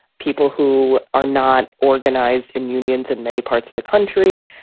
people who are not organized in unions in many parts of the country.